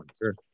Sure